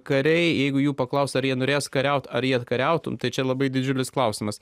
kariai jeigu jų paklausia ar jie norės kariauti ar jie kariautumei tai čia labai didžiulis klausimas